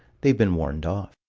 they've been warned off.